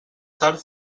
tard